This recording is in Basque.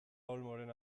olmoren